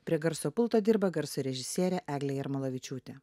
prie garso pulto dirba garso režisierė eglė jarmolavičiūtė